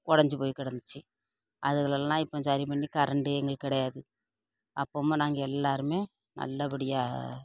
உடஞ்சி போய் கடந்துச்சு அதுங்கலெல்லாம் இப்போ சரிப்பண்ணி கரண்ட்டே எங்களுக்கு கி டையாது அப்புறமா நாங்கள் எல்லோருமே நல்லபடியாக